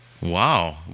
Wow